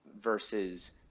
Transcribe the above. versus